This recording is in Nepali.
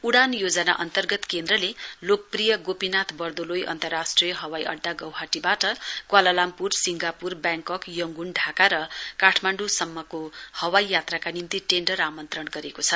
उडान योजना अन्तर्गत केन्द्ले लोकप्रिय गोपीनाथ वरदोलोइ अन्तराष्ट्रिय हवाइअडडा गौहाटीवाट Kuala Lumpur Singapore Bangkok Yangon Dhaka र काठमाण्ड्रू सम्मको हवाइ यात्राका निम्ति टेण्डर आमण्त्रण गरेको छ